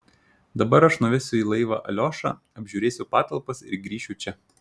dabar aš nuvesiu į laivą aliošą apžiūrėsiu patalpas ir grįšiu čia